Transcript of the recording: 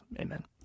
Amen